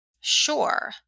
Sure